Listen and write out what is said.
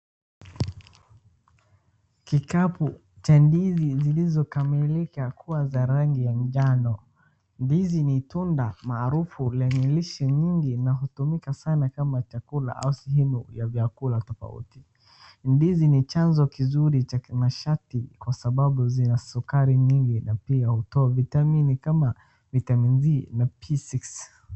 Kikapu cha ndizi zilizokamilika kuwa za rangi ya njano. Ndizi ni tunda maarufu lenye lishe nyingi na hutumika sana kama chakula au sehemu ya vyakula tofauti. Ndizi ni chanzo kizuri cha kimasharti kwa sababu zina sukari nyingi na pia hutoa vitamini kama vitamin C na B6 .